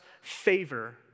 favor